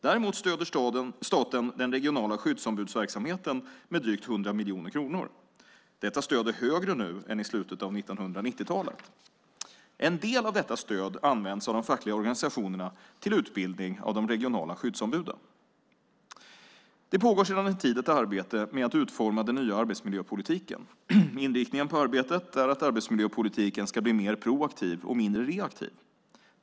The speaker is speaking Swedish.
Däremot stöder staten den regionala skyddsombudsverksamheten med drygt 100 miljoner kronor. Detta stöd är högre nu än i slutet av 1990-talet. En del av detta stöd används av de fackliga organisationerna till utbildning av de regionala skyddsombuden. Det pågår sedan en tid ett arbete med att utforma den nya arbetsmiljöpolitiken. Inriktningen på arbetet är att arbetsmiljöpolitiken ska bli mer proaktiv och mindre reaktiv.